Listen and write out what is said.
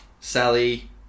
Sally